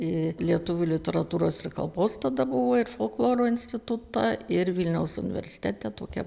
į lietuvių literatūros ir kalbos tada buvo ir folkloro institutą ir vilniaus universitete tokia